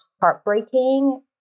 heartbreaking